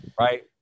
Right